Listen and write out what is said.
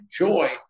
enjoy